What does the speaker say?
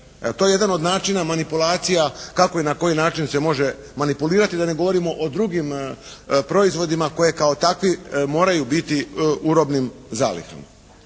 to je jedan od načina manipulacija kako i na koji način se može manipulirati. Da ne govorimo o drugim proizvodima koje kao takvi moraju biti u robnim zalihama.